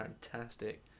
fantastic